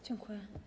Dziękuję.